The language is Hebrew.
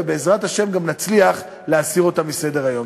ובעזרת השם גם נצליח להסיר אותם מסדר-היום.